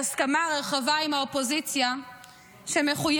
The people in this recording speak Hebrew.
בהסכמה רחבה עם האופוזיציה שמחויבת